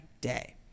day